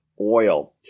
oil